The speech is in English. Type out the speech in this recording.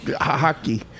hockey